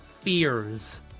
fears